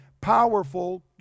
powerful